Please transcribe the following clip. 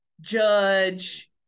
judge